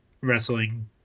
wrestling